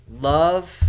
Love